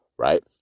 Right